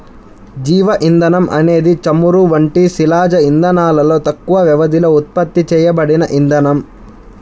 జీవ ఇంధనం అనేది చమురు వంటి శిలాజ ఇంధనాలలో తక్కువ వ్యవధిలో ఉత్పత్తి చేయబడిన ఇంధనం